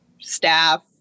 staff